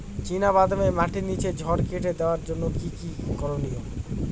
চিনা বাদামে মাটির নিচে জড় কেটে দেওয়ার জন্য কি কী করনীয়?